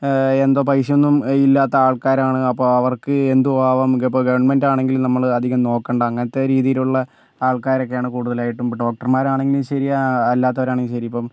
എന്തോ പൈസ ഒന്നും ഇല്ലാത്ത ആൾക്കാരാണ് അപ്പം അവർക്ക് എന്തും ആവാം ഇപ്പം ഗവൺമെൻറ്റാണെങ്കില് നമ്മളെ അധികം നോക്കണ്ട അങ്ങനത്തെ രീതിയിലുള്ള ആൾക്കാരൊക്കെ ആണ് കൂടുതലായിട്ടും ഡോക്ടർ മാരാണെങ്കിലും ശെരിയാണ് അല്ലാത്തവരാണെങ്കിലും ശെരിയാണ് ഇപ്പം